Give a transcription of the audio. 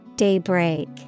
Daybreak